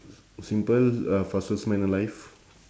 simple uh fastest man alive